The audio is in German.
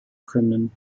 können